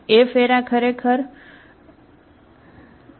F ખરેખર શું છે